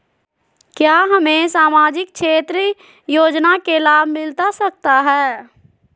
क्या हमें सामाजिक क्षेत्र योजना के लाभ मिलता सकता है?